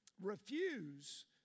refuse